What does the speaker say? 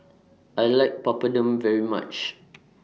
I like Papadum very much